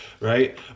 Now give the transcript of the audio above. Right